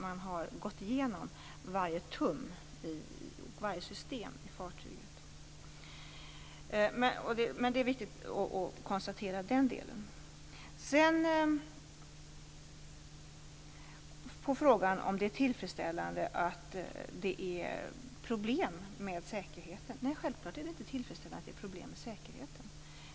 Man har då gått igenom varje tum och varje system i fartyget. Det är viktigt att konstatera. På frågan om det är tillfredsställande att det finns problem med säkerheten, vill jag svara: Självklart är det inte det.